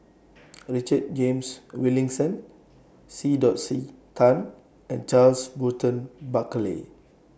Richard James Wilkinson C Dot C Tan and Charles Burton Buckley